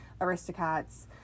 Aristocats